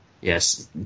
yes